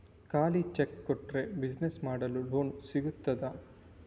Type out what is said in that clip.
ಖಾಲಿ ಚೆಕ್ ಕೊಟ್ರೆ ಬಿಸಿನೆಸ್ ಮಾಡಲು ಲೋನ್ ಸಿಗ್ತದಾ?